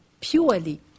purely